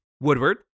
Woodward